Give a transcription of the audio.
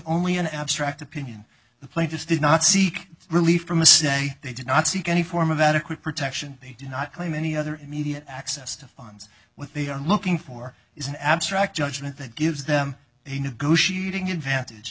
only an abstract opinion the plane just did not seek relief from a say they did not seek any form of adequate protection they do not claim any other immediate access to funds what they are looking for is an abstract judgment that gives them a negotiating advantage